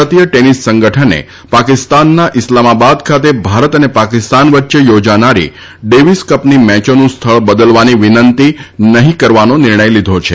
ભારતીય ટેનિસ સંગઠને પાકિસ્તાનના ઇસ્લામાબાદ ખાતે ભારત અને પાકિસ્તાન વચ્ચે યોજાનારી ડેવીસ કપની મેયોનું સ્થળ બદલવાની વિનંતી નહીં કરવાનો નિર્ણય લીધો છે